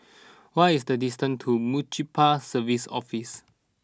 what is the distance to Municipal Services Office